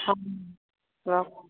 ହ